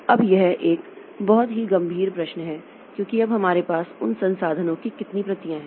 अब यह एक बहुत ही गंभीर प्रश्न है क्योंकि अब हमारे पास उन संसाधनों की कितनी प्रतियां हैं